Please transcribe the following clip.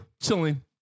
chilling